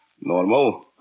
Normal